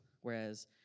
whereas